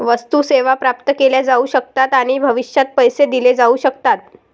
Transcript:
वस्तू, सेवा प्राप्त केल्या जाऊ शकतात आणि भविष्यात पैसे दिले जाऊ शकतात